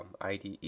IDE